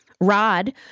Rod